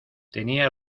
tenía